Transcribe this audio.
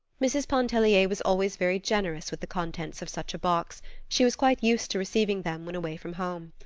mrs. pontellier was always very generous with the contents of such a box she was quite used to receiving them when away from home.